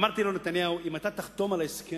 אמרתי לו: נתניהו, אם אתה תחתום על ההסכם,